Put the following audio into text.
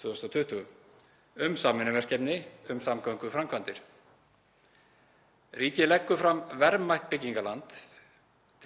80/2020, um samvinnuverkefni um samgönguframkvæmdir. Ríkið leggur fram verðmætt byggingarland,